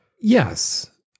Yes